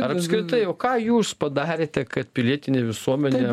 ar apskritai o ką jūs padarėte kad pilietinė visuomenė